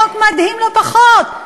חוק מדהים לא פחות,